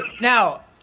now